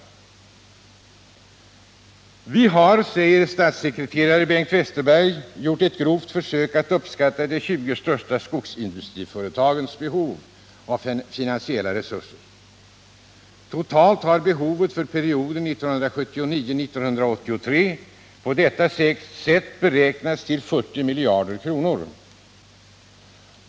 Vi har, säger statssekreterare Bengt Westerberg, gjort ett grovt försök att uppskatta de 20 största skogsindustriföretagens behov av finansiella resurser. Totalt har behovet för perioden 1979-1983 på detta sätt beräknats till 40 miljarder kronor.